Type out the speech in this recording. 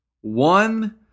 one